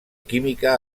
química